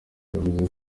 yavuze